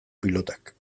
pilotak